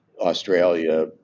Australia